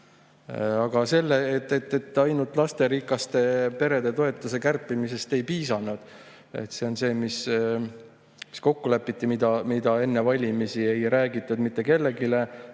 Aga ainult lasterikaste perede toetuse kärpimisest ei piisanud. See on see, mis kokku lepiti, ent mida enne valimisi ei räägitud mitte kellelegi.